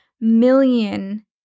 million